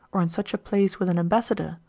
or in such a place with an ambassador,